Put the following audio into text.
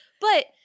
But-